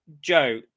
Joe